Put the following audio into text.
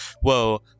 whoa